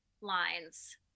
lines